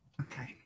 Okay